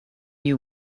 you